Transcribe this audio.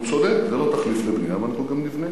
הוא צודק, זה לא תחליף לבנייה ואנחנו גם נבנה.